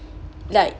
like